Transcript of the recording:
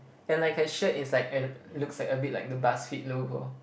and like her shirt is like a looks a bit like the Buzzfeed logo